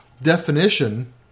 definition